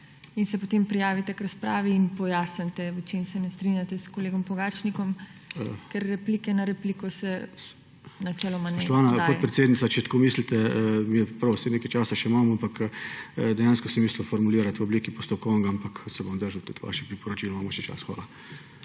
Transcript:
in se potem prijavite k razpravi in pojasnite, v čem se ne strinjate s kolegom Pogačnikom, ker replike na repliko se načeloma na daje. Nadaljevanje SONIBOJ KNEŽAK (PS SD): Spoštovana podpredsednica, če tako mislite, je prav. Saj nekaj časa še imam, ampak dejansko sem mislil formulirati v obliki postopkovnega, ampak se bom držal tudi vaših priporočil. Imamo še čas. Hvala.